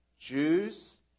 Jews